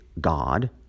God